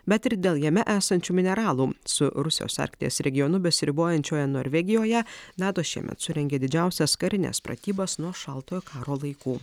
bet ir dėl jame esančių mineralų su rusijos arkties regionu besiribojančioje norvegijoje nato šiemet surengė didžiausias karines pratybas nuo šaltojo karo laikų